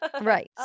Right